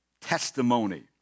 testimony